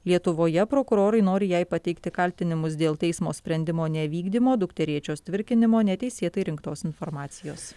lietuvoje prokurorai nori jai pateikti kaltinimus dėl teismo sprendimo nevykdymo dukterėčios tvirkinimo neteisėtai rinktos informacijos